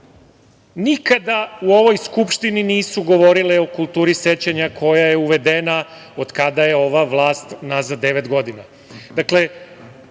nikada u ovoj Skupštini nisu govorile o kulturi sećanja koja je uvedena od kada je ova vlast nazad devet godina.